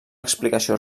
explicació